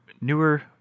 newer